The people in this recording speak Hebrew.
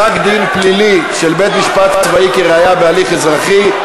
(פסק-דין פלילי של בית-משפט צבאי כראיה בהליך אזרחי)